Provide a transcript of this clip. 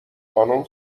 خانم